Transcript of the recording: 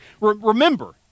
remember